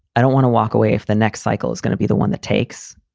i don't want to walk away if the next cycle is gonna be the one that takes.